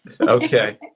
Okay